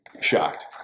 shocked